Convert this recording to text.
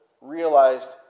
realized